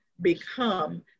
become